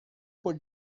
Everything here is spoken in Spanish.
por